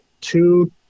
two-